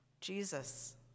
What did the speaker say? Jesus